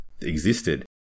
existed